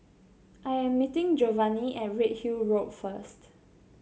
I am meeting Giovanni at Redhill Road first